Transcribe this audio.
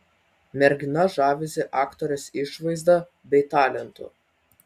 mergina žavisi aktorės išvaizda bei talentu